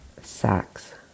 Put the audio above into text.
sacks